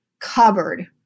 cupboard